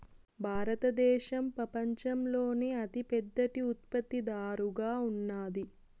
భారతదేశం పపంచంలోనే అతి పెద్ద టీ ఉత్పత్తి దారుగా ఉన్నాది